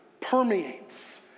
permeates